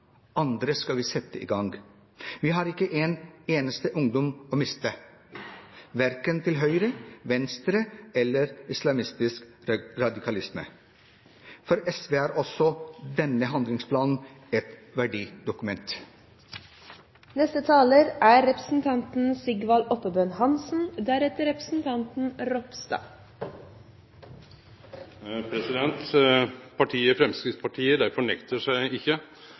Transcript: Andre skal vi sette i gang. Vi har ikke én eneste ungdom å miste, verken til høyre- eller venstreradikalisme eller islamistisk radikalisme. For SV er også denne handlingsplanen et